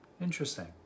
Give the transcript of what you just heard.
interesting